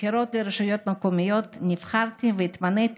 בבחירות לרשויות המקומיות נבחרתי והתמניתי